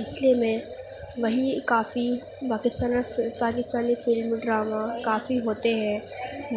اس لیے میں وہیں کافی پاکستان پاکستانی فلمی ڈرامہ کافی ہوتے ہیں